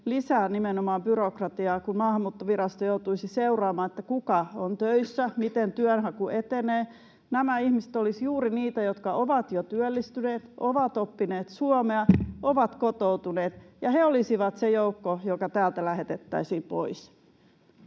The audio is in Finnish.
lisää nimenomaan byrokratiaa, kun Maahanmuuttovirasto joutuisi seuraamaan, kuka on töissä, miten työnhaku etenee? Nämä ihmiset olisivat juuri niitä, jotka ovat jo työllistyneet, ovat oppineet suomea, ovat kotoutuneet, ja he olisivat se joukko, joka täältä lähetettäisiin pois.